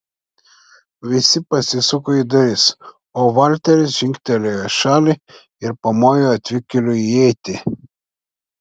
visi pasisuko į duris o valteris žingtelėjo į šalį ir pamojo atvykėliui įeiti